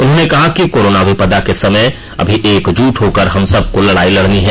उन्होंने कहा कि कोरोना विपदा के समय अभी एकजुट होकर हमसब को लड़ाई लड़नी है